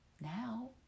Now